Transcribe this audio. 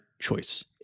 choice